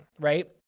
right